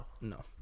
no